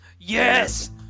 Yes